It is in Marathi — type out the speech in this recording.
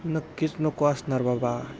नक्कीच नको असणार बाबा